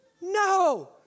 No